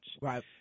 right